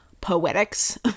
poetics